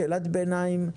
שאלת ביניים,